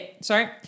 sorry